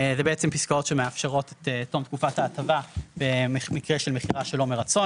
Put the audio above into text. זה בעצם פסקאות שמאפשרות את תום תקופת ההטבה במקרה של מכירה שלא מרצון,